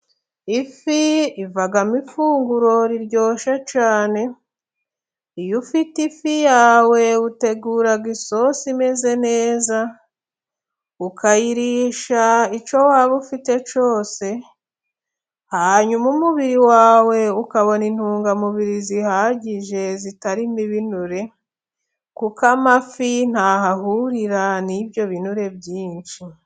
Ifi ivamo ifunguro riryoshe cyane. Iyo ufite ifi yawe utegura isosi imeze neza ukayirisha icyo waba ufite cyose, hanyuma umubiri wawe ukabona intungamubiri zihagije zitaririmo ibinure, kuko amafi ntaho ahurira n'ibyo binure byinshi.